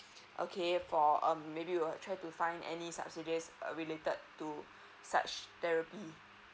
okay for um maybe we'll try to find any subsidies related to such therapy